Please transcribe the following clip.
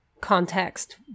context